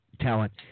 talent